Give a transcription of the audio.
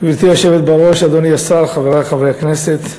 גברתי היושבת-ראש, אדוני השר, חברי חברי הכנסת,